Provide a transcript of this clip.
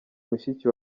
mushiki